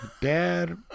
dad